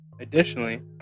Additionally